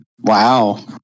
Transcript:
Wow